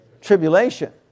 Tribulation